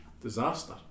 disaster